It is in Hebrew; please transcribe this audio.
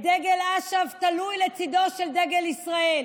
את דגל אש"ף תלוי לצידו של דגל ישראל.